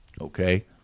okay